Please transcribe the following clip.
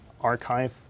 archive